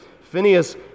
Phineas